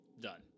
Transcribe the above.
done